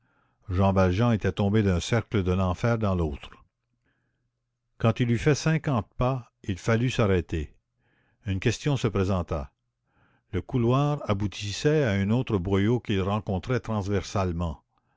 jean valjean était tombé d'un cercle de l'enfer dans l'autre quand il eut fait cinquante pas il fallut s'arrêter une question se présenta le couloir aboutissait à un autre boyau qu'il rencontrait transversalement